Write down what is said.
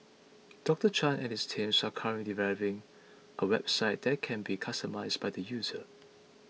Doctor Chan and his teams are currently developing a website that can be customised by the user